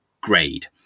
grade